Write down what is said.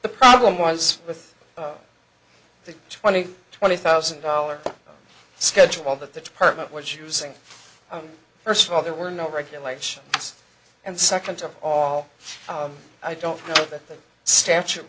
the problem was with the twenty twenty thousand dollars schedule that the department was using first of all there were no regulation and second of all i don't know that the statute